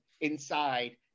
inside